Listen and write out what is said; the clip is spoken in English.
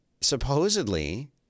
supposedly